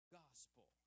gospel